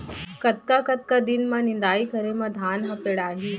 कतका कतका दिन म निदाई करे म धान ह पेड़ाही?